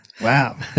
Wow